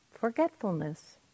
Forgetfulness